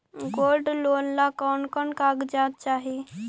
Gold loan ला कौन कौन कागजात चाही?